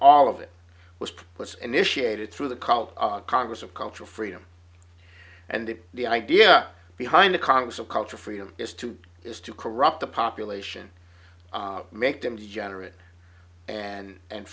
all of it was put initiated through the cult of congress of cultural freedom and the idea behind the congress of culture freedom is to is to corrupt the population make them degenerate and and